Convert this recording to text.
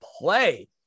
play